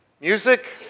music